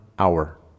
Hour